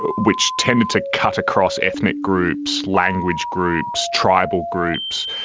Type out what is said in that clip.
but which tended to cut across ethnic groups, language groups, tribal groups,